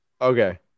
Okay